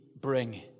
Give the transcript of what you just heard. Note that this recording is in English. bring